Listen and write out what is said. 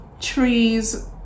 trees